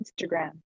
Instagram